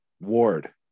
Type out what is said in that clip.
ward